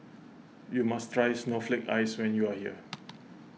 you must try Snowflake Ice when you are here